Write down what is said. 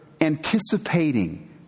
anticipating